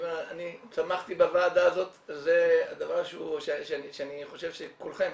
אני צמחתי בוועדה הזאת, זה דבר שאני חושב שכולכם,